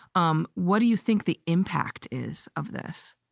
um what do you think the impact is of this?